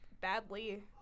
badly